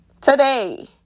today